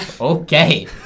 Okay